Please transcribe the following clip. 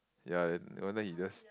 ya then one time he just